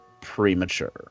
premature